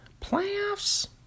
Playoffs